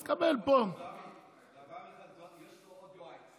אז תקבל פה, אבל, דוד, יש לו עוד יועץ.